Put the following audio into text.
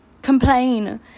complain